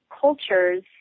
cultures